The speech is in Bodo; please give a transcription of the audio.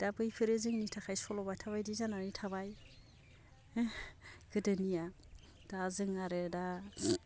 दा बैफोरो जोंनि थाखाय सल' बाथा बायदि जानानै थाबाय गोदोनिया दा जों आरो दा